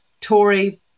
Tory